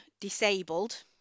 disabled